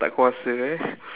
tak kuasa eh